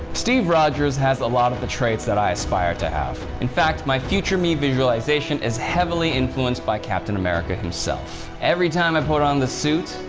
steve rodgers has a lot of the traits that i aspire to have. in fact, my future me visualization is heavily influenced by captain america, himself. every time i put on the suit,